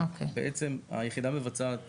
היחידה מבצעת